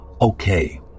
Okay